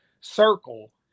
circle